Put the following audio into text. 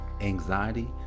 anxiety